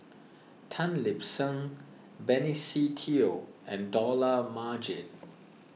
Tan Lip Seng Benny Se Teo and Dollah Majid